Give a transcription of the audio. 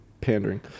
pandering